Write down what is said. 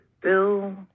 Bill